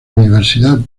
universidad